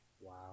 Wow